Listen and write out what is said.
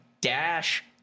Dash